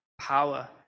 power